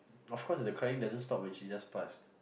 of course the crying doesn't stop when she just passed